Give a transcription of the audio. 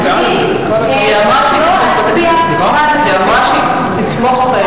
היא אמרה שהיא תתמוך בתקציב.